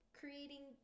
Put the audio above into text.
creating